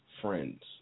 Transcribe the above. friends